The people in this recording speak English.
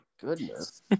goodness